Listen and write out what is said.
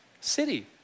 city